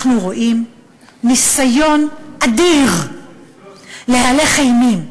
אנחנו רואים ניסיון אדיר להלך אימים.